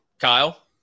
Kyle